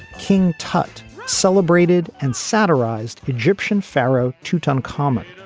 king tut celebrated and satirized egyptian pharaoh tutankhamen,